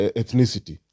ethnicity